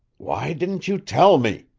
why didn't you tell me?